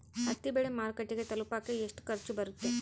ಹತ್ತಿ ಬೆಳೆ ಮಾರುಕಟ್ಟೆಗೆ ತಲುಪಕೆ ಎಷ್ಟು ಖರ್ಚು ಬರುತ್ತೆ?